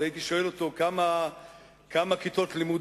כי הייתי שואל אותו כמה כיתות לימוד